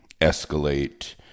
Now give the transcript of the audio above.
escalate